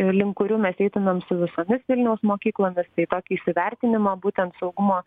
link kurių mes eitumėm su visomis vilniaus mokyklomis tai tokį įsivertinimą būtent saugumo